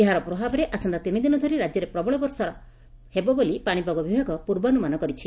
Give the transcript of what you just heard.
ଏହାର ପ୍ରଭାବରେ ଆସନ୍ତା ତିନିଦିନ ଧରି ରାକ୍ୟରେ ପ୍ରବଳ ବର୍ଷା ହେବ ବୋଲି ପାଶିପାଗ ବିଭାଗ ପ୍ରର୍ବାନୁମାନ କରିଛି